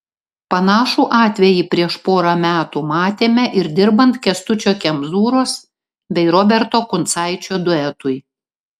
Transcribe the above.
panašų atvejį prieš porą metų matėme ir dirbant kęstučio kemzūros bei roberto kuncaičio duetui